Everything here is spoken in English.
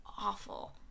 awful